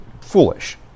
Foolish